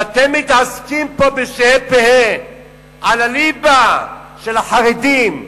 ואתם מתעסקים פה בשה"י פה"י על הליבה של החרדים,